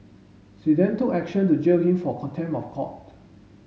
she then took action to jail him for contempt of court